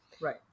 right